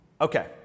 Okay